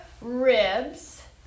ribs